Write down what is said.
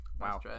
Wow